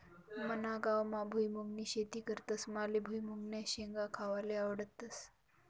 मना गावमा भुईमुंगनी शेती करतस माले भुईमुंगन्या शेंगा खावाले आवडस